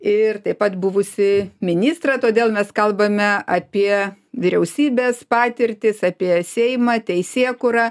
ir taip pat buvusį ministrą todėl mes kalbame apie vyriausybės patirtis apie seimą teisėkūrą